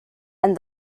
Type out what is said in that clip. and